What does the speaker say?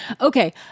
Okay